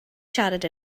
siarad